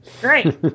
Great